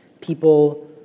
people